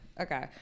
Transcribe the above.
Okay